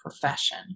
profession